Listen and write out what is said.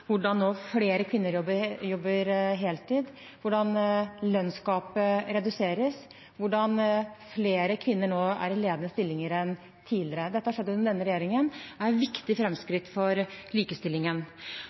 flere kvinner nå jobber heltid, at lønnsgapet reduseres, at flere kvinner er i ledende stillinger nå enn tidligere. Dette har skjedd under denne regjeringen og er